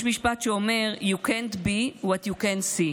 יש משפט שאומר: You can't be what you can't see.